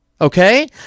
okay